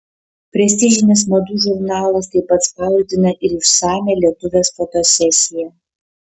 prestižinis madų žurnalas taip pat spausdina ir išsamią lietuvės fotosesiją